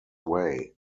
way